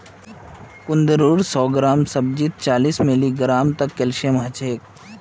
कुंदरूर सौ ग्राम सब्जीत चालीस मिलीग्राम तक कैल्शियम ह छेक